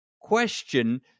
question